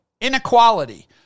inequality